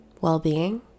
well-being